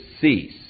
cease